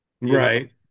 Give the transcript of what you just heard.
Right